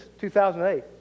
2008